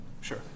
sure